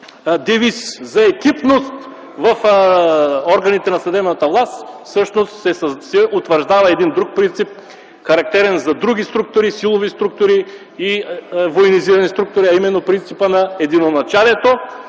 девиз за екипност в органите на съдебната власт всъщност се утвърждава един друг принцип, характерен за други силови и военизирани структури, а именно принципът на единоначалието,